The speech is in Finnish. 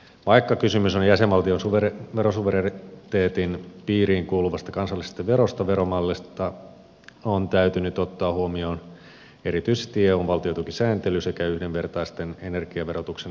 vaikka kysymys on jäsenvaltion verosuvereniteetin piiriin kuluvasta kansallisesta verosta veromallissa on täytynyt ottaa huomioon erityisesti eun valtiotukisääntely sekä yhdenvertaistetun energiaverotuksen asettamat rajat